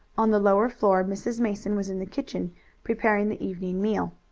on the lower floor mrs. mason was in the kitchen preparing the evening meal.